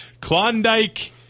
Klondike